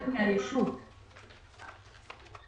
-- הם חלק מהישות השיתופית